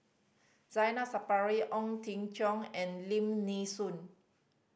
Zainal Sapari Ong Teng Cheong and Lim Nee Soon